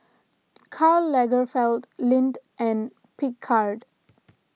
Karl Lagerfeld Lindt and Picard